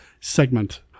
segment